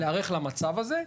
להיערך למצב הזה.